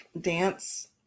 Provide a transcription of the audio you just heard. dance